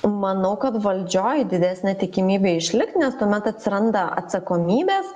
manau kad valdžioj didesnė tikimybė išlikt nes tuomet atsiranda atsakomybės